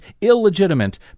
illegitimate